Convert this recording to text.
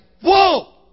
whoa